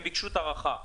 הם ביקשו את ההארכה.